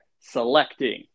selecting